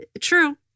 True